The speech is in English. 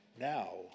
now